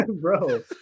bro